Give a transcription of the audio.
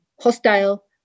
hostile